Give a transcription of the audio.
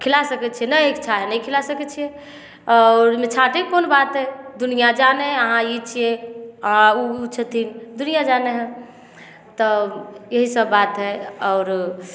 खिला सकै छिए नहि इच्छा हइ नहि खिला सकै छिए आओर एहिमे छाँटैके कोन बात हइ दुनिआ जानै अहाँ ई छिए आओर ओ ओ छथिन दुनिआ जानै हइ तऽ एहिसब बात हइ आओर